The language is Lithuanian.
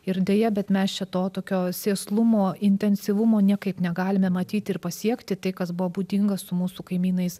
ir deja bet mes čia to tokio sėslumo intensyvumo niekaip negalime matyti ir pasiekti tai kas buvo būdinga su mūsų kaimynais